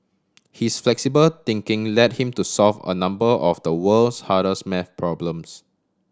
his flexible thinking led him to solve a number of the world's hardest math problems